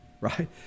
Right